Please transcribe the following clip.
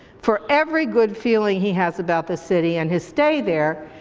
for every good feeling he has about the city and his stay there,